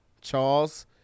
Charles